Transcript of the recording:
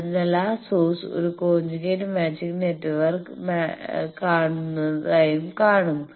അതിനാൽ ആ സോഴ്സ് ഒരു കോഞ്ചുഗേറ്റ് മാച്ചിങ് നെറ്റ്വർക്ക് കാണുന്നതായും കാണും